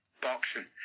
boxing